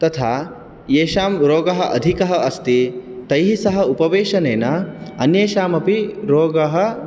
तथा येषां रोगः अधिकः अस्ति तैस्सह उपवेशनेन अन्येषामपि रोगः